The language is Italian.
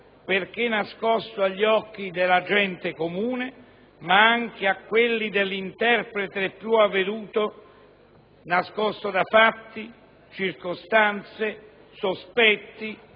perché nascosto agli occhi della gente comune, ma anche a quelli dell'interprete più avveduto, nascosto da fatti, circostanze, sospetti,